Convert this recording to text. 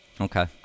okay